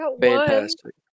Fantastic